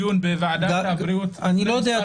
היינו בדיון בוועדת הבריאות --- אני לא יודע,